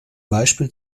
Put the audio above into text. beispiel